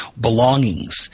belongings